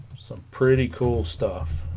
some pretty cool stuff